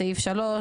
בסעיף 3,